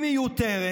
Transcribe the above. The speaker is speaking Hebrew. היא מיותרת,